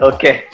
Okay